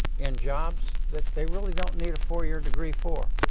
in jobs that they really don't need a four year degree for.